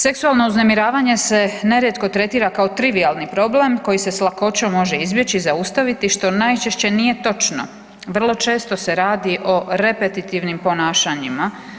Seksualno uznemiravanje se nerijetko tretira kao trivijalni problem koji se s lakoćom može izbjeći i zaustaviti, što najčešće nije točno, vrlo često se radi o repetitivnim ponašanjima.